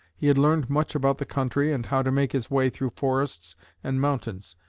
he had learned much about the country and how to make his way through forests and mountains.